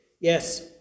Yes